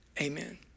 Amen